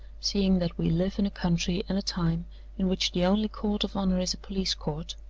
seeing that we live in a country and a time in which the only court of honor is a police-court,